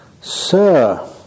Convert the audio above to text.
Sir